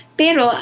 pero